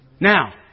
Now